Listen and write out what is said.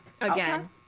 Again